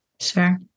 Sure